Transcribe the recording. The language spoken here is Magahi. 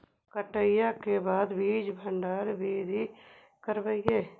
कटाई के बाद बीज भंडारन बीधी करबय?